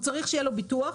הוא צריך שיהיה לו ביטוח.